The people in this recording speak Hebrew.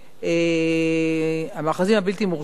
המאחזים הבלתי-מורשים,